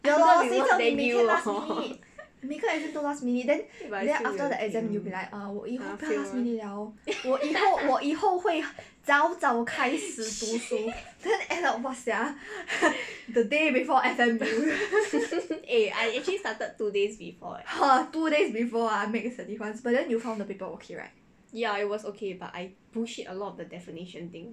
ya lor 谁叫你每天 last minute 每个 exam 都 last minute then then after the exam you'll be like err 我以后不要 last minute liao 我以后我以后会早早开始读书 then end up !wah! sia the day before F_M ha two days before ah makes a difference but then you found the paper okay right